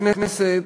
בכנסת,